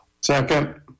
Second